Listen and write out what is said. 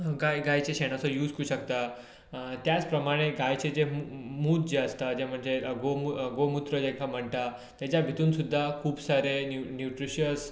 गायच्या शेणाचो यूज करुन शकता त्याच प्रमाणे गायचे जे मूत जे आसता ते म्हणजे गोमुत्र गोमुत्र जाका म्हणटा ताज्या भितुन सुद्दां खूब सारे न्यूट्रीशियस